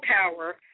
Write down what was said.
power